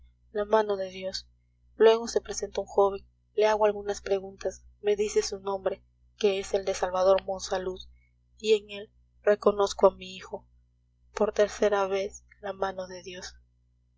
la mano de dios luego se presenta un joven le hago algunas preguntas me dice su nombre que es el de salvador monsalud y en él reconozco a mi hijo por tercera vez la mano de dios